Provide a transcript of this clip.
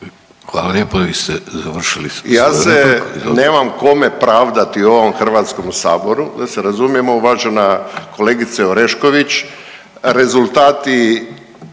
svoju repliku. **Hrelja, Silvano (HSU)** Ja se nemam kome pravdati u ovom Hrvatskom saboru da se razumijemo uvažena kolegice Orešković. Rezultati